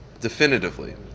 definitively